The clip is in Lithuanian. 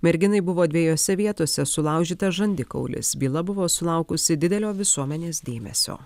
merginai buvo dviejose vietose sulaužytas žandikaulis byla buvo sulaukusi didelio visuomenės dėmesio